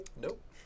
Nope